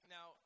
Now